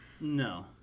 no